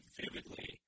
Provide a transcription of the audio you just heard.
vividly